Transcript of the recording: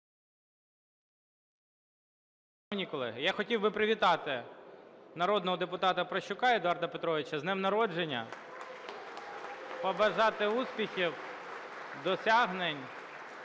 колеги, я хотів би привітати народного депутата Прощука Едуарда Петровича з днем народження. Побажати успіхів, досягнень